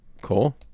Cool